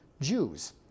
Jews